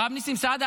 הרב ניסים סעדה,